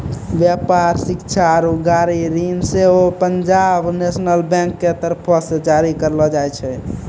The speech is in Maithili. व्यापार, शिक्षा आरु गाड़ी ऋण सेहो पंजाब नेशनल बैंक के तरफो से जारी करलो जाय छै